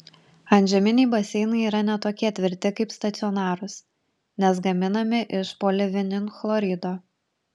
antžeminiai baseinai yra ne tokie tvirti kaip stacionarūs nes gaminami iš polivinilchlorido